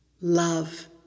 love